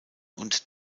und